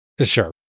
Sure